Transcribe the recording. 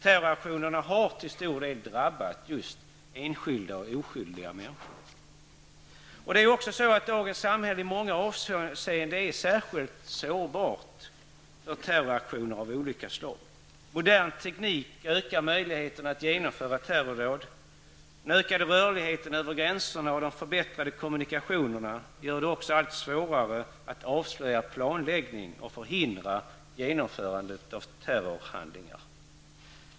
Terroraktionerna har till stor del drabbat just enskilda och oskyldiga människor. Dagens samhälle är i många avseenden särskilt sårbart för terroraktioner av olika slag. Modern teknik ökar möjligheten att genomföra terrordåd. Den ökade rörligheten över gränserna och de förbättrade kommunikationerna gör det också allt svårare att avslöja planläggning och förhindra genomförandet av terrorhandlingar.